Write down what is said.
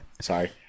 Sorry